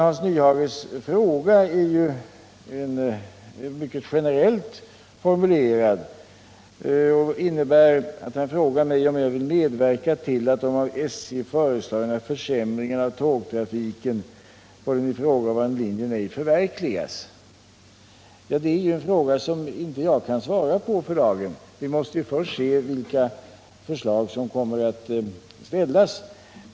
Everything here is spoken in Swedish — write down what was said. Hans Nyhages fråga är ju mycket generellt formulerad. Den innebär att han frågar mig om jag vill medverka till att de av SJ föreslagna försämringarna av tågtrafiken på den ifrågavarande linjen ej förverkligas. Det är en fråga som jag inte kan svara på för dagen. Vi måste först se vilka förslag som kommer att framställas.